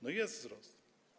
No jest wzrost.